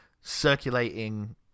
circulating